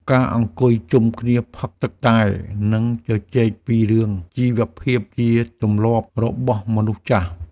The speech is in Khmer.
ការអង្គុយជុំគ្នាផឹកទឹកតែ និងជជែកពីរឿងជីវភាពជាទម្លាប់របស់មនុស្សចាស់។